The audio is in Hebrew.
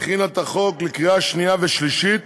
הכינה את החוק לקריאה שנייה ושלישית,